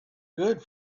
good